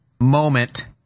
moment